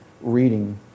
Reading